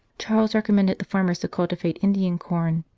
charles recommended the farmers to cultivate indian corn,